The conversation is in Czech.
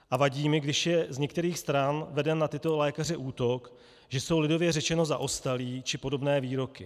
A vadí mi, když je z některých stran veden na tyto lékaře útok, že jsou lidově řečeno zaostalí, či podobné výroky.